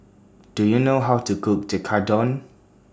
Do YOU know How to Cook Tekkadon